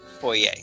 foyer